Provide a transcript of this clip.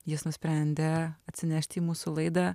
jis nusprendė atsinešt į mūsų laidą